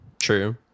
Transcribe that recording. True